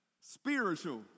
spiritual